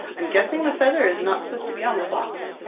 i'm guessing the feather is not supposed to be on the socks.